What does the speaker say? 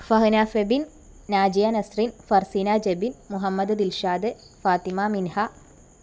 Fahna Febin Najiya Nasrin Farseena Jebin Muhammad Dilshad Fathima Minha